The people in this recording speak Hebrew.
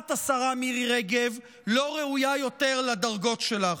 את, השרה מירי רגב, לא ראויה יותר לדרגות שלך.